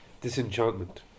Disenchantment